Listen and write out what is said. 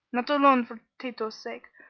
not alone for tato's sake,